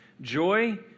joy